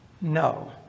No